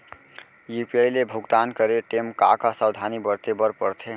UPI ले भुगतान करे टेम का का सावधानी बरते बर परथे